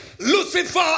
Lucifer